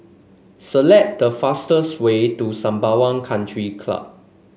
select the fastest way to Sembawang Country Club